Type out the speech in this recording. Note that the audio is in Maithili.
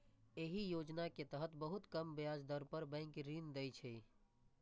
एहि योजना के तहत बहुत कम ब्याज दर पर बैंक ऋण दै छै